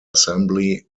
assembly